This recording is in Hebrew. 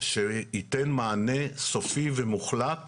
שייתן מענה סופי ומוחלט